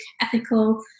ethical